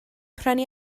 prynu